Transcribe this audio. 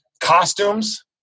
costumes